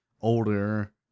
older